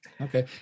Okay